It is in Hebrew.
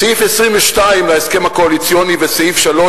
סעיף 22 להסכם הקואליציוני וסעיף 3